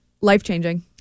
Life-changing